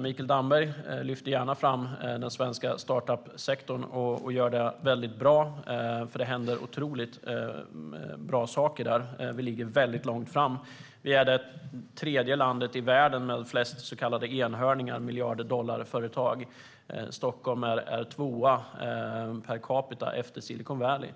Mikael Damberg lyfter gärna fram den svenska startup-sektorn, och det händer otroligt bra saker där. Vi ligger väldigt långt fram. Vi är det tredje landet i världen när det gäller att ha flest enhörningar, alltså miljarddollarföretag. Stockholm är tvåa per capita efter Silicon Valley.